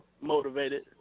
motivated